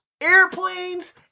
airplanes